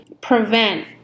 prevent